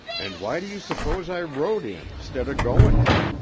and why do you suppose i wrote in stead of going in?